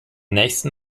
nächsten